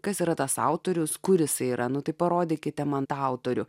kas yra tas autorius kuris yra nu tai parodykite man tą autorių